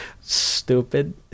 Stupid